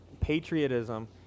patriotism